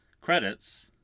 credits